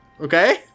Okay